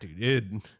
dude